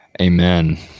Amen